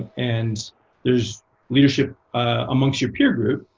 and there's leadership amongst your peer group.